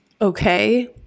Okay